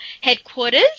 headquarters